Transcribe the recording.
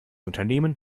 unternehmen